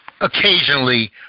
occasionally